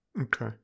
okay